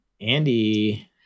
andy